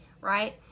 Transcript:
right